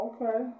Okay